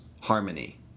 harmony